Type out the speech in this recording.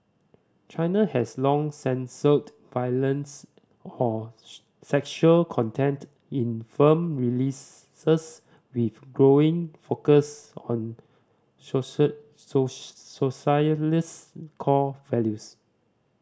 China has long censored violence or sexual content in film releases with growing focus on socialist core values